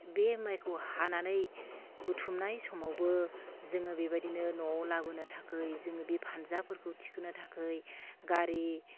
बे माइखौ हानानै बुथुमनाय समावबो जोङो बेबायदिनो न'आव लाबोनो थाखाय जोङो बे फानजाफोरखौ थिखोनो थाखाय गारि